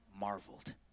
marveled